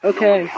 Okay